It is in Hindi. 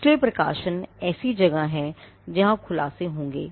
इसलिए प्रकाशन ऐसी जगहें हैं जहाँ खुलासे होंगे